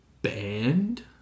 Band